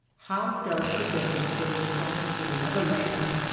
how does the desert differ from any other land?